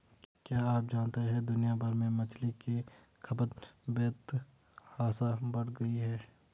क्या आप जानते है दुनिया भर में मछली की खपत बेतहाशा बढ़ गयी है?